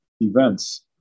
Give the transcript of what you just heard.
events